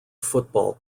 football